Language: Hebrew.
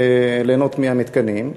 ליהנות מהמתקנים,